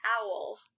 Owl